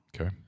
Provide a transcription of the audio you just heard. Okay